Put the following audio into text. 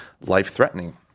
life-threatening